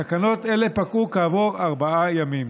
תקנות אלה פקעו כעבור ארבעה ימים.